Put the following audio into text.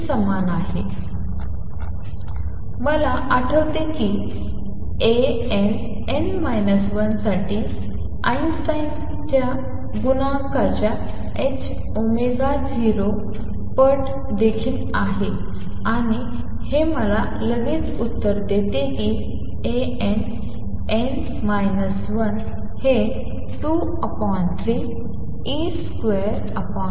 शी समान असेल मला आठवते की हे Ann 1 साठी आईनस्टाईन गुणांकाच्या 0 पट देखील आहे आणि हे मला लगेच उत्तर देते की Ann 1 हे 23e24π002mc3n